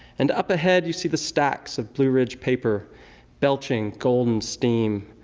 and up ahead you see the stacks of blue ridge paper belching golden steam,